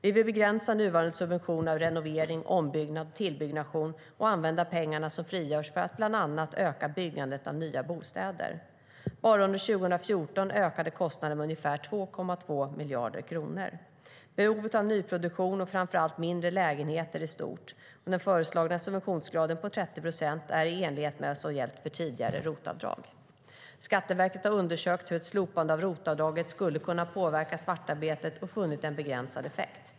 Vi vill begränsa nuvarande subvention av renovering, om och tillbyggnation och använda pengarna som frigörs för att bland annat öka byggandet av nya bostäder. Bara under 2014 ökade kostnaderna med ungefär 2,2 miljarder kronor. Behovet av nyproduktion av framför allt mindre lägenheter är stort. Den föreslagna subventionsgraden på 30 procent är i enlighet med vad som gällt för tidigare ROT-avdrag. Skatteverket har undersökt hur ett slopande av ROT-avdraget skulle kunna påverka svartarbetet och funnit en begränsad effekt.